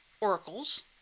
Oracles